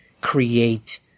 create